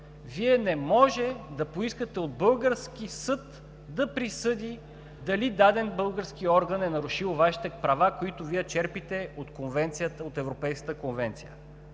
Вие не може да поискате от български съд да присъди дали даден български орган е нарушил Вашите права, които Вие черпите от Европейската конвенция.